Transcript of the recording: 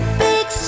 big